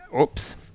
Oops